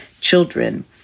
children